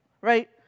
right